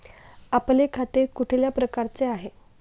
आपले खाते कुठल्या प्रकारचे आहे?